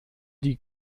die